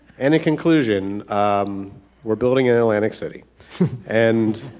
and in conclusion we're building in atlantic city and